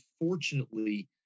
unfortunately